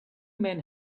men